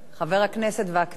חבר הכנסת וקנין.